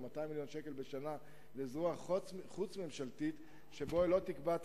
200 מיליון שקלים בשנה לזרוע חוץ-ממשלתית שבה היא לא תקבע את